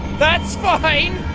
that's fine